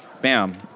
Bam